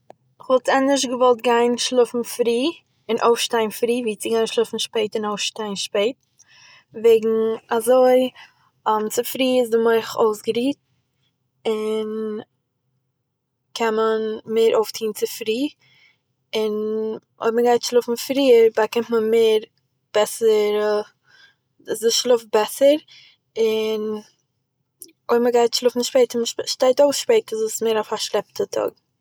כ'וואלט ענדערש געוואלט גיין שלאפן פרי און אויפשטיין פרי ווי צו גיין שלאפן שפעט און אויפשטיין שפעט, וועגן אזוי צופרי איז דער מח אויסגערוהט און, קען מען מער אויפטוהן צופרי און, אויב מען גייט שלאפן פריער באקומט מען מער בעסערע- איז די שלאף בעסער איז און, אויב מען גייט שלאפן שפעט און מען שטייט אויף שפעט איז עס מער א פארשלעפטע טאג